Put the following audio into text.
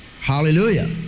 Hallelujah